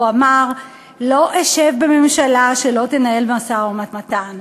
הוא אמר: לא אשב בממשלה שלא תנהל משא-ומתן.